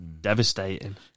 devastating